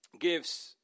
gives